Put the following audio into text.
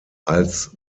als